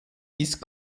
ist